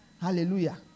Hallelujah